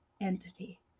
entity